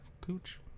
cooch